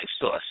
source